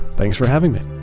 thanks for having me